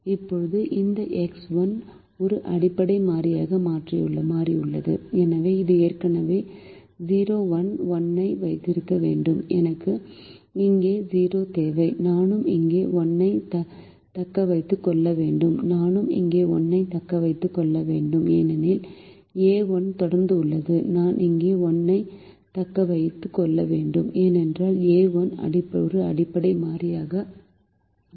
இப்போது இந்த எக்ஸ் 1 ஒரு அடிப்படை மாறியாக மாறியுள்ளது எனவே இது ஏற்கனவே 011 ஐ வைத்திருக்க வேண்டும் எனக்கு இங்கே 0 தேவை நானும் இங்கே 1 ஐ தக்க வைத்துக் கொள்ள வேண்டும் நானும் இங்கே 1 ஐ தக்க வைத்துக் கொள்ள வேண்டும் ஏனெனில் a1 தொடர்ந்து உள்ளது நான் இங்கே 1 ஐ தக்க வைத்துக் கொள்ள வேண்டும் ஏனென்றால் a1 ஒரு அடிப்படை மாறியாக தொடர்கிறது